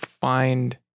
find